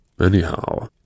Anyhow